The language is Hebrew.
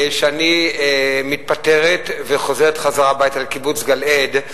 שאני מתפטרת וחוזרת חזרה הביתה לקיבוץ גלעד,